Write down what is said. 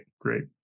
Great